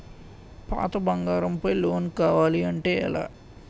పాత బంగారం పై లోన్ కావాలి అంటే ఎలా?